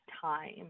time